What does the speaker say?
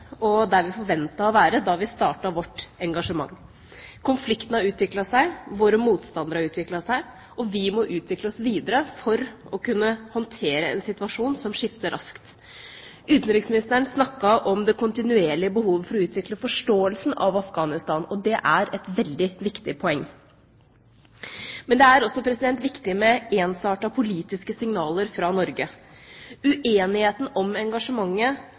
og der vi forventet å være, da vi startet vårt engasjement. Konflikten har utviklet seg, våre motstandere har utviklet seg, og vi må utvikle oss videre for å kunne håndtere en situasjon som skifter raskt. Utenriksministeren snakket om det kontinuerlige behovet for å utvikle forståelsen av Afghanistan, og det er et veldig viktig poeng. Men det er også viktig med ensartede politiske signaler fra Norge. Uenigheten om engasjementet